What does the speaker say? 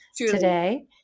today